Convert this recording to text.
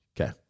Okay